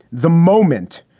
the moment,